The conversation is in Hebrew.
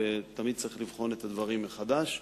ותמיד צריך לבחון את הדברים מחדש,